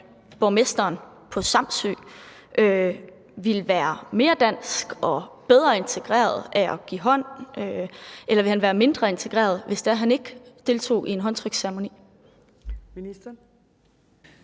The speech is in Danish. borgmesteren på Samsø bliver mere dansk og bedre integreret af at give hånd, eller ville han være mindre integreret, hvis han ikke deltog i en håndtryksceremoni?